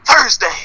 Thursday